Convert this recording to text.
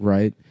Right